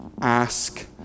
Ask